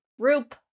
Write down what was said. group